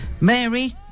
Mary